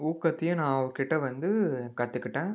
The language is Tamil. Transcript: ஊக்கத்தையும் நான் அவர்கிட்ட வந்து கற்றுக்கிட்டேன்